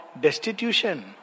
destitution